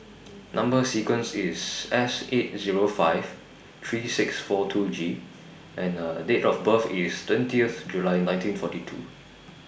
Number sequence IS S eight Zero five three six four two G and Date of birth IS twentieth July nineteen forty two